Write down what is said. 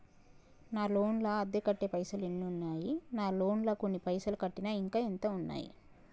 నా లోన్ లా అత్తే కట్టే పైసల్ ఎన్ని ఉన్నాయి నా లోన్ లా కొన్ని పైసల్ కట్టిన ఇంకా ఎంత ఉన్నాయి?